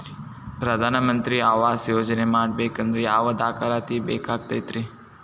ಪ್ರಧಾನ ಮಂತ್ರಿ ಆವಾಸ್ ಯೋಜನೆ ಪಡಿಬೇಕಂದ್ರ ಯಾವ ದಾಖಲಾತಿ ಬೇಕಾಗತೈತ್ರಿ?